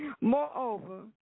Moreover